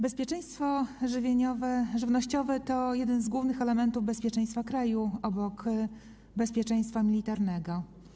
Bezpieczeństwo żywnościowe to jeden z głównych elementów bezpieczeństwa kraju obok bezpieczeństwa militarnego.